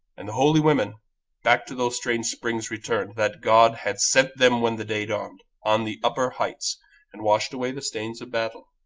and the holy women back to those strange springs returned, that god had sent them when the day dawned, on the upper heights and washed away the stain of battle.